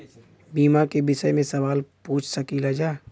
बीमा के विषय मे सवाल पूछ सकीलाजा?